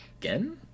again